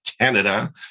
Canada